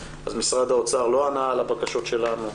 אז משרד האוצר לא ענה על הבקשות שלנו.